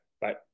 Bye